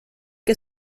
que